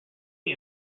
his